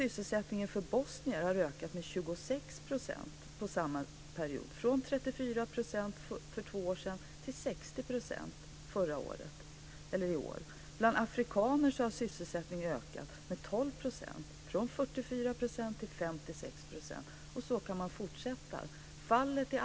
Sysselsättningen för bosnier har ökat med 26 % under samma period, från 34 % för två år sedan till 60 % i år. Bland afrikaner har sysselsättningen ökat med 12 %, från 44 % till 56 %.